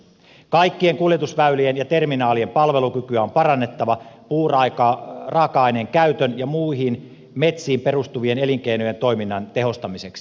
kaikkien kuljetusväylien ja terminaalien palvelukykyä on parannettava puuraaka aineen käytön ja muiden metsiin perustuvien elinkeinojen toiminnan tehostamiseksi